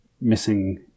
missing